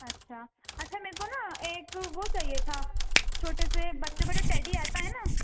اچھا اچھا میکو نا ایک وہ چاہیے تھا چھوٹے سے بچوں کا جو ٹیڈی آتا ہے نا